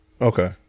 Okay